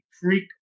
freak